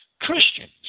Christians